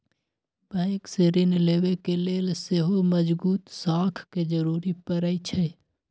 bank से ऋण लेबे के लेल सेहो मजगुत साख के जरूरी परै छइ